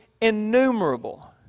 innumerable